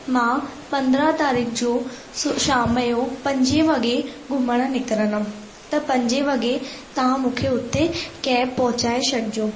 मां पंद्राहं तारीख़ जो शाम जो पंजे वगे घुमणु निकरंदमि त पंजे वगे तव्हां मूंखे हुते कैब पहुचाए छॾिजो